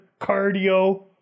cardio